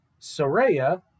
Soraya